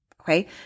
okay